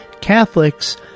Catholics